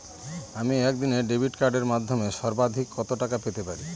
আমি একদিনে ডেবিট কার্ডের মাধ্যমে সর্বাধিক কত টাকা পেতে পারি?